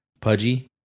pudgy